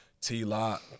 T-Lock